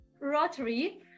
Rotary